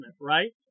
right